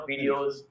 videos